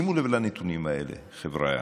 שימו לב לנתונים האלה, חבריא.